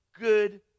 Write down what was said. good